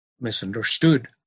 misunderstood